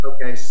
Okay